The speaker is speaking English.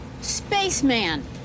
Spaceman